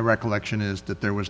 recollection is that there was